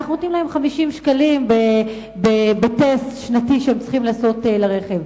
אנחנו נותנים להם 50 שקלים בטסט שנתי שהם צריכים לעשות לרכב.